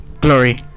Glory